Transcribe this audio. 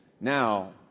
Now